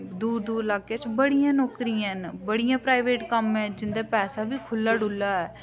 दूर दूर लाकें च बड़ियां नौकरियां हैन बड़ियां प्राइवेट कम्म न जिंदे पैसे बी खु'ल्ला डुल्ला ऐ